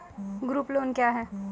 Group loan क्या है?